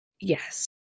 Yes